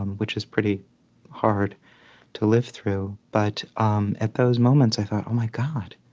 um which is pretty hard to live through. but um at those moments, i thought, oh, my god,